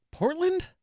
Portland